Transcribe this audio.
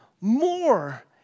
more